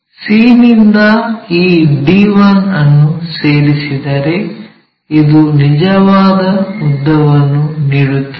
c ನಿಂದ ಈ d1 ಅನ್ನು ಸೇರಿಸಿದರೆ ಇದು ನಿಜವಾದ ಉದ್ದವನ್ನು ನೀಡುತ್ತದೆ